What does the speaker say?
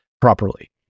properly